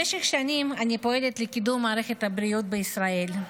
במשך שנים אני פועלת לקידום מערכת הבריאות בישראל,